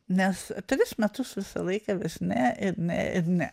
nes tris metus visą laiką vis ne ir ne ir ne